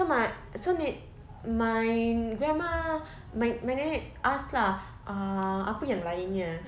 so my so my grandma my my nenek asked lah uh apa yang lainnya